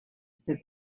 said